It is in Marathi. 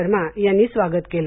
शर्मा यांनी स्वागत केलं